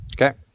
Okay